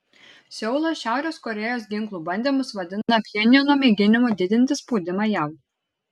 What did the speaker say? seulas šiaurės korėjos ginklų bandymus vadina pchenjano mėginimu didinti spaudimą jav